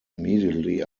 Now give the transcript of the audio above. immediately